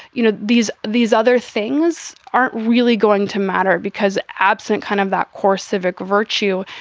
you know, these these other things aren't really going to matter, because absent kind of that core civic virtue,